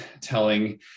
telling